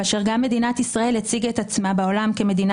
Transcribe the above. כאשר גם מדינת ישראל הציגה את עצמה בעולם כמדינה